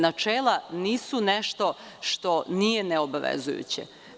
Načela nisu nešto što nije neobavezujuće.